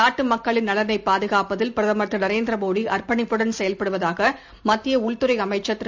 நாட்டு மக்களின் நலனைப் பாதுகாப்பதில் பிரதமர் திருநரேந்திர மோடி அர்ப்பணிப்புடன் செயவ்படுவதாக மத்திய உள்துறை அமைச்சர் திரு